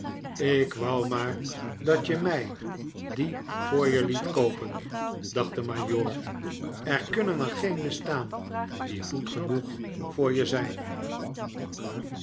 ik wou maar dat je mij die voor je liet koopen dacht de majoor er kunnen er geen bestaan die goed genoeg voor je zijn